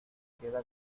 queda